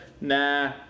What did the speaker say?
nah